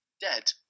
dead